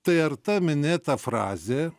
tai ar ta minėta frazė